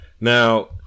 Now